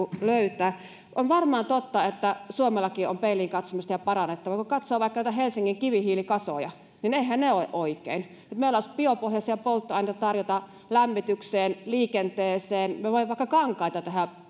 löytää on varmaan totta että suomellakin on peiliin katsomista ja parannettavaa kun katsoo vaikka noita helsingin kivihiilikasoja niin eiväthän ne ole oikein meillä olisi biopohjaisia polttoaineita tarjota lämmitykseen liikenteeseen me voimme tehdä vaikka kankaita